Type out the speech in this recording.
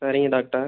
சரிங்க டாக்டர்